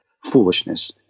foolishness